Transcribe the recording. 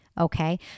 okay